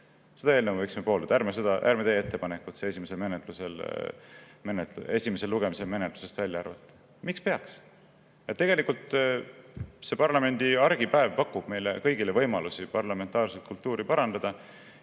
seda eelnõu võiksime pooldada, ärme teeme ettepanekut see esimesel lugemisel menetlusest välja arvata. Miks peaks? Tegelikult parlamendi argipäev pakub meile kõigile võimalusi parlamentaarset kultuuri parandada